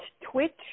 Twitch